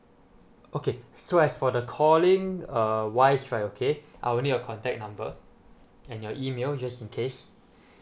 okay so as for the calling err wise right okay I will need your contact number and your email just in case